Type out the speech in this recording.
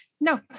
No